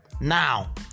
Now